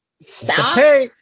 stop